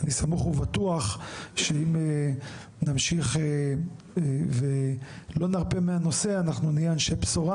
אני סמוך ובטוח שאם נמשיך ולא נרפה מהנושא אנחנו נהיה אנשי בשורה